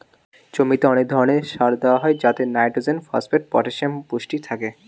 জমিতে অনেক ধরণের সার দেওয়া হয় যাতে নাইট্রোজেন, ফসফেট, পটাসিয়াম পুষ্টি থাকে